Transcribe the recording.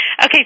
Okay